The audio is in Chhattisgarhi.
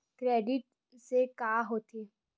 क्रेडिट से का होथे?